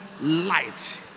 light